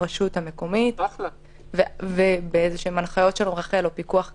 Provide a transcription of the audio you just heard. המקומית בהנחיות של רח"ל או פיקוח כזה.